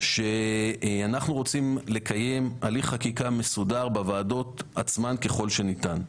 שאנחנו רוצים לקיים הליך חקיקה מסודר בוועדות עצמן ככל שניתן.